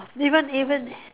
even even